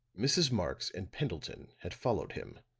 mrs. marx and pendleton had followed him,